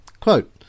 quote